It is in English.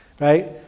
Right